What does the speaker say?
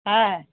হ্যাঁ